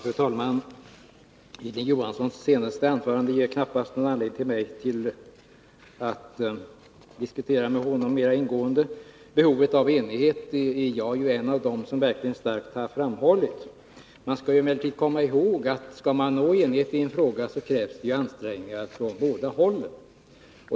Fru talman! Hilding Johanssons senaste anförande ger mig knappast anledning att diskutera mera ingående med honom. Behovet av enighet är jag ju en av dem som starkt har framhållit. Man skall emellertid komma ihåg att skall det nås enighet i en fråga krävs det ansträngningar från båda hållen.